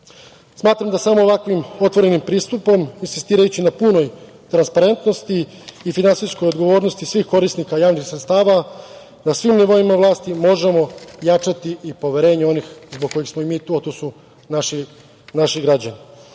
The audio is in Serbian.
da samo ovakvim otvorenim pristupom, insistirajući na punoj transparentnosti i finansijskoj odgovornosti svih korisnika javnih sredstava na svim nivoima vlasti, možemo jačati i poverenje onih zbog kojih smo i mi tu, a to su naši građani.